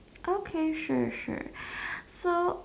okay sure sure so